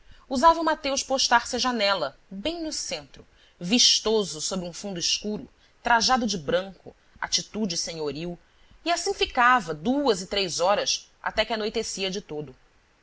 mateus postar-se à janela bem no centro vistoso sobre um fundo escuro trajado de branco atitude senhoril e assim ficava duas e três horas até que anoitecia de todo